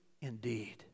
indeed